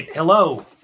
Hello